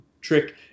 trick